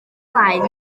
blaen